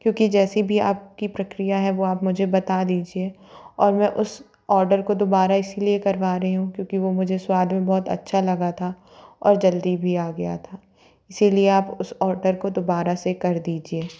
क्योंकि जैसी भी आपकी प्रक्रिया है वो आप मुझे बता दीजिए और मैं उस ऑडर काे दोबारा इसी लिए करवा रही हूँ क्योंकि वो मुझे स्वाद में बहुत अच्छा लगा था और जल्दी भी आ गया था इसी लिए आप उस ऑडर को दोबारा से कर दीजिए